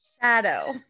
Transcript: shadow